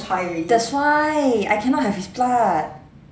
that's why I cannot have his blood